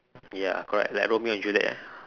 ya correct like romeo and juliet yeah